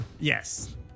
Yes